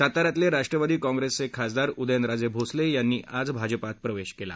साता यातले राष्ट्रवादी काँग्रेसचे खासदार उदयनराजे भोसले यार्ती आज भाजपात प्रवेश केला